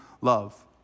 love